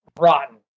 rotten